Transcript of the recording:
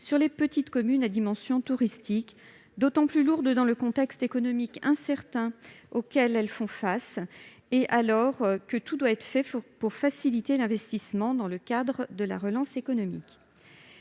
sur les petites communes à dimension touristique, d'autant plus lourdes dans le contexte économique incertain auquel elles font face. Alors que tout doit être fait pour faciliter l'investissement dans le cadre de la relance économique,